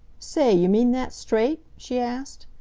say, you mean that straight? she asked.